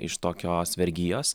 iš tokios vergijos